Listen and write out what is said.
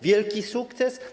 Wielki sukces?